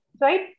right